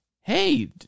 hey